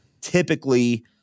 typically